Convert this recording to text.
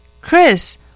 Chris